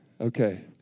Okay